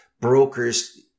brokers